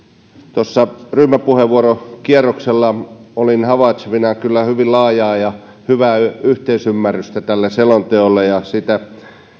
tuossa ryhmäpuheenvuorokierroksella olin havaitsevinani kyllä hyvin laajaa ja hyvää yhteisymmärrystä tälle selonteolle ja sitä